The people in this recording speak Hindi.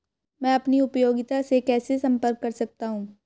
मैं अपनी उपयोगिता से कैसे संपर्क कर सकता हूँ?